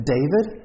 David